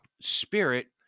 spirit